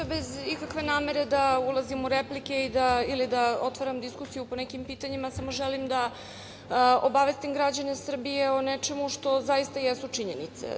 Bez ikakve namere da ulazim u replike ili da otvaram diskusiju po nekim pitanjima, samo želim da obavestim građane Srbije o nečemu što zaista jesu činjenice.